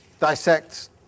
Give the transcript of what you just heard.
dissects